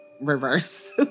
reverse